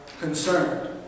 concerned